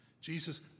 Jesus